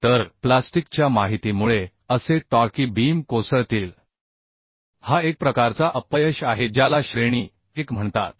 तर प्लास्टिकच्या माहितीमुळे असे टॉर्की बीम कोसळतील हा एक प्रकारचा अपयश आहे ज्याला श्रेणी एक म्हणतात